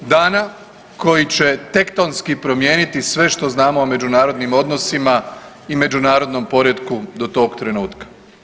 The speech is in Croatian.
Dana koji će tektonski promijeniti sve što znamo o međunarodnim odnosima i međunarodnom poretku do tog trenutka.